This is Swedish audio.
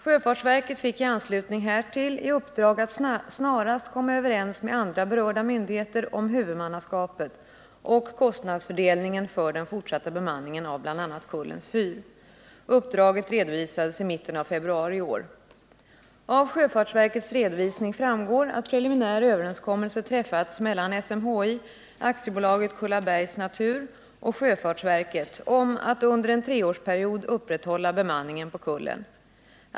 Sjöfartsverket fick i anslutning härtill i uppdrag att snarast komma överens med andra berörda myndigheter om huvudmannaskapet och kostnadsfördelningen för den fortsatta bemanningen av bl.a. Kullens fyr. Uppdraget redovisades i mitten av februari i år. Av sjöfartsverkets redovisning framgår att preliminär överenskommelse träffats mellan SMHI, AB Kullabergs Natur och sjöfartsverket om att under en treårsperiod upprätthålla bemanningen på Kullen.